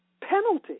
penalty